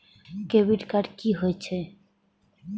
Debit card की होय छेय?